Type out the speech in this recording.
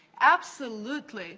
absolutely